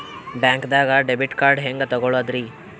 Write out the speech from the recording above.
ಬ್ಯಾಂಕ್ದಾಗ debit card ಹೆಂಗ್ ತಗೊಳದ್ರಿ?